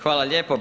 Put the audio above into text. Hvala lijepo.